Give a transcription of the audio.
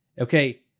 okay